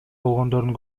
болгондордун